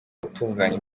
utunganya